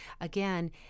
again